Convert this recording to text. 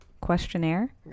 Questionnaire